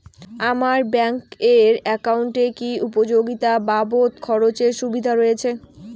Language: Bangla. আমার ব্যাংক এর একাউন্টে কি উপযোগিতা বাবদ খরচের সুবিধা রয়েছে?